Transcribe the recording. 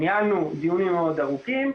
ניהלנו דיונים מאוד ארוכים.